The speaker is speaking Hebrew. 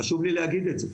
חשוב לי להגיד את זה.